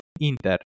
Inter